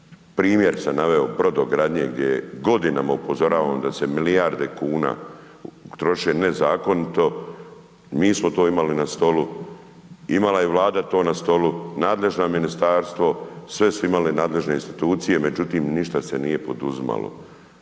Primjer sam naveo brodogradnje gdje godinama upozoravamo da se milijarde kuna troše nezakonito. Mi smo to imali na stolu, imala je i Vlada to na stolu, nadležno ministarstvo, sve su imale nadležne institucije, međutim, ništa se nije poduzimalo.